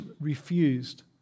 refused